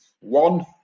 One